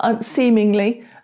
seemingly